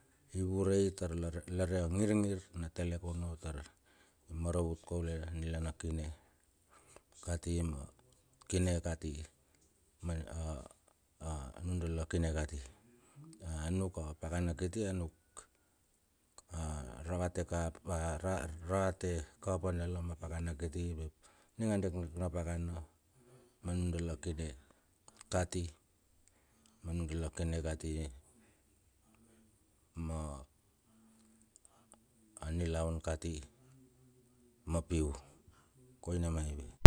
Ivurei tar la re a ngir ngir na telek ono tar imaravut kove nila na kine kati ma kine kati ma a a nundala kine kati. Anuk a pakana kiti anuk a aravate kap a ra a ravate kapa dala ma pakana kiti map, ning a dekdek na pakana ma nundala kine kati, ma nundala kine kati ma nilaun kati ma piu koina maive.